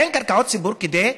אין קרקעות ציבור כדי לבנות.